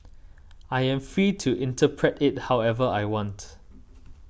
I am free to interpret it however I want